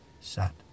sat